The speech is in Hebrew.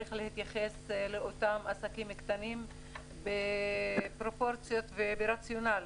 צריך להתייחס לאותם עסקים קטנים בפרופורציות וברציונל.